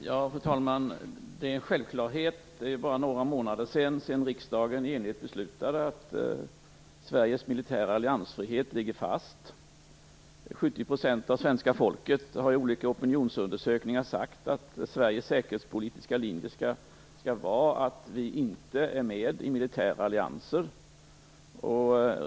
Fru talman! Det är en självklarhet. Det är bara några månader sedan riksdagen i enighet beslutade att Sveriges militära alliansfrihet ligger fast. 70 % av svenska folket har i olika opinionsundersökningar sagt att Sveriges säkerhetspolitiska linje skall vara att vi inte är med i militära allianser.